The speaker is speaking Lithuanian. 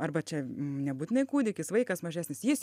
arba čia nebūtinai kūdikis vaikas mažesnis jis